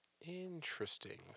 Interesting